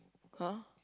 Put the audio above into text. [huh]